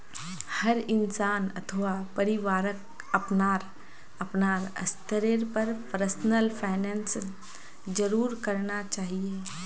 हर इंसान अथवा परिवारक अपनार अपनार स्तरेर पर पर्सनल फाइनैन्स जरूर करना चाहिए